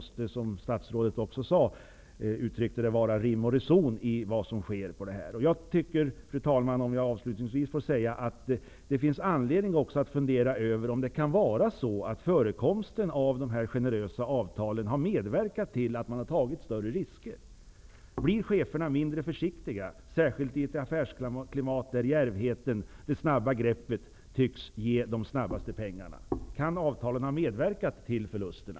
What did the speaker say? Som statsrådet också sade måste det emellertid var rim och reson i det som sker. Fru talman! Jag tycker att det finns anledning att fundera över om förekomsten av de generösa avtalen har medverkat till att man har tagit större risker. Blir cheferna mindre försiktiga i ett affärsklimat där djärvheten och de snabba greppen tycks ge de snabbaste pengarna? Kan avtalen ha medverkat till förlusterna?